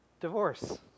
divorce